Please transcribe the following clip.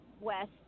West